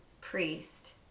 priest